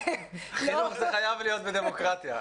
חינוך חייב להיות בדמוקרטיה,